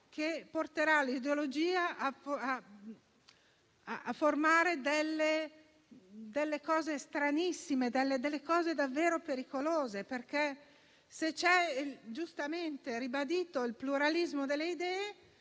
che porterà l'ideologia a creare situazioni stranissime e davvero pericolose, perché, se è giustamente ribadito il pluralismo delle idee,